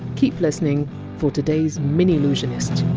keep listening for today! s minillusionist